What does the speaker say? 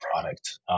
product